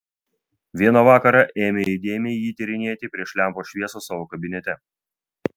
vieną vakarą ėmė įdėmiai jį tyrinėti prieš lempos šviesą savo kabinete